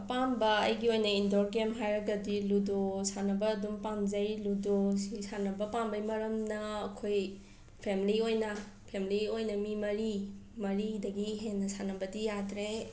ꯑꯄꯥꯝꯕ ꯑꯩꯒꯤ ꯑꯣꯏꯅ ꯏꯟꯗꯣꯔ ꯒꯦꯝ ꯍꯥꯏꯔꯒꯗꯤ ꯂꯨꯗꯣ ꯁꯥꯟꯅꯕ ꯑꯗꯨꯝ ꯄꯥꯝꯖꯩ ꯂꯨꯗꯣꯁꯤ ꯁꯥꯟꯅꯕ ꯄꯥꯝꯕꯒꯤ ꯃꯔꯝꯅ ꯑꯩꯈꯣꯏ ꯐꯦꯝꯂꯤ ꯑꯣꯏꯅ ꯐꯦꯝꯂꯤ ꯑꯣꯏꯅ ꯃꯤ ꯃꯔꯤ ꯃꯔꯤꯗꯒꯤ ꯍꯦꯟꯅ ꯁꯥꯟꯅꯕꯗꯤ ꯌꯥꯗ꯭ꯔꯦ